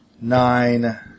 nine